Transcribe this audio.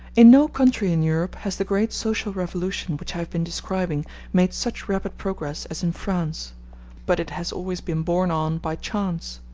in no country in europe has the great social revolution which i have been describing made such rapid progress as in france but it has always been borne on by chance.